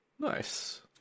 Nice